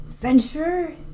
Venture